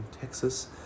Texas